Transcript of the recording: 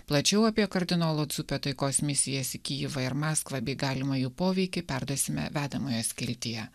plačiau apie kardinolo dzupio taikos misijas į kijevą ir maskvą bei galimą jų poveikį perduosime vedamoje skiltyje